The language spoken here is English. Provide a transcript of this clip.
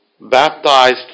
Baptized